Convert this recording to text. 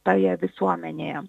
toje visuomenėje